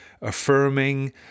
affirming